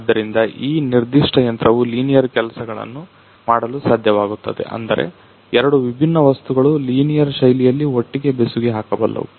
ಆದ್ದರಿಂದ ಈ ನಿರ್ದಿಷ್ಟ ಯಂತ್ರವು ಲಿನೀಯರ್ ಕೆಲಸಗಳನ್ನು ಮಾಡಲು ಸಾಧ್ಯವಾಗುತ್ತದೆ ಅಂದರೆ ಎರಡು ವಿಭಿನ್ನ ವಸ್ತುಗಳು ಲಿನೀಯರ್ ಶೈಲಿಯಲ್ಲಿ ಒಟ್ಟಿಗೆ ಬೆಸುಗೆ ಹಾಕಬಲ್ಲವು